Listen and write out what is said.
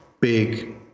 big